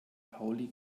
pauli